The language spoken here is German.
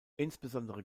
insbesondere